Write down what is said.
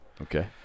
Okay